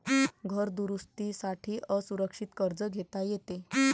घर दुरुस्ती साठी असुरक्षित कर्ज घेता येते